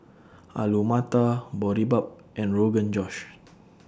Alu Matar Boribap and Rogan Josh